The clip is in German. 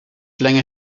länger